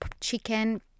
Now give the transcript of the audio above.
chicken